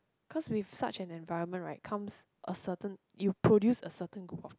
cause with such an environment right comes a certain you produce a certain group of